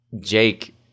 Jake